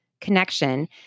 connection